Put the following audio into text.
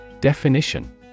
Definition